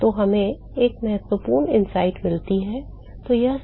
तो हमें एक महत्वपूर्ण अंतर्दृष्टि मिलती है